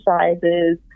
exercises